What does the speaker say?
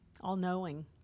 all-knowing